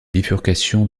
bifurcation